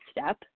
step